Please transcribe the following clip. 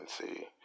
see